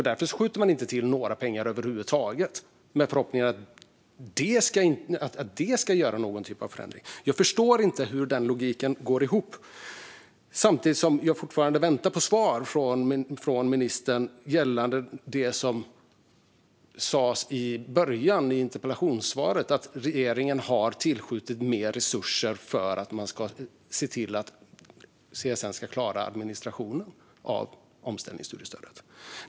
Därför skjuter man inte till några pengar över huvud taget med förhoppningen att just det ska leda till en förändring. Jag förstår inte logiken i det och hur det går ihop. Jag väntar också fortfarande på svar från ministern om det som sades i interpellationssvaret, det vill säga att regeringen har skjutit till mer resurser för att CSN ska klara administrationen av omställningsstudiestödet.